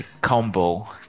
combo